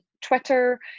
Twitter